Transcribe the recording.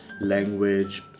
Language